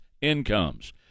incomes